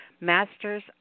masters